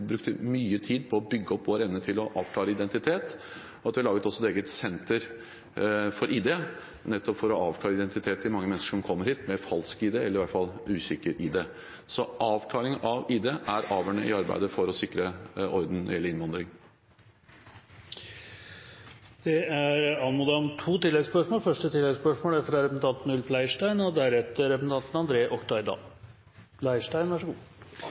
brukte mye tid på å bygge opp vår evne til å avklare identitet, og at vi også laget et eget senter for ID, var nettopp for å avklare identiteten til mange mennesker som kommer hit med falsk eller iallfall usikker ID. Avklaring av ID er avgjørende i arbeidet for å sikre orden når det gjelder innvandring. Det er anmodet om to oppfølgingsspørsmål – først Ulf Leirstein. La meg starte med å si at jeg synes det er bra at statsministeren svarer representanten